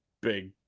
big